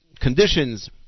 conditions